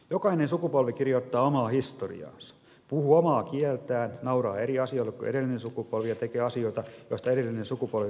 jokainen sukupolvi kirjoittaa omaa historiaansa puhuu omaa kieltään nauraa eri asioille kuin edellinen sukupolvi ja tekee asioita joista edellinen sukupolvi vasta unelmoi